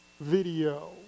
video